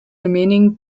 remaining